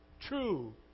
true